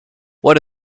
what